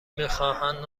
میخواهند